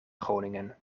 groningen